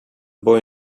boy